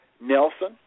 Nelson